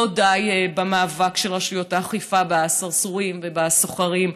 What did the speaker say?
די במאבק של רשויות האכיפה בסרסורים ובסוחרים,